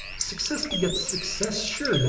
success begets success? sure!